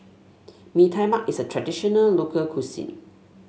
Mee Tai Mak is a traditional local cuisine